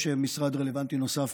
יש משרד רלוונטי נוסף,